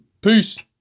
Peace